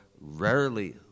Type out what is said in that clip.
rarely